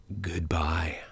Goodbye